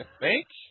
Thanks